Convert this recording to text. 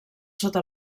sota